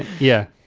yeah.